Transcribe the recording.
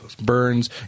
burns